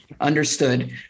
Understood